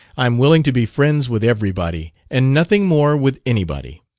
i am willing to be friends with everybody, and nothing more with anybody.